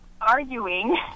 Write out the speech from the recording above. arguing